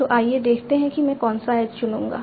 तो आइए देखते हैं कि मैं कौन सा एज चुनूंगा